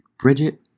Bridget